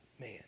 man